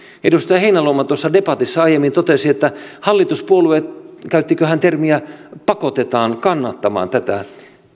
edustaja heinäluoma tuossa debatissa aiemmin totesi että hallituspuolueet käyttikö hän termiä pakotetaan kannattamaan tätä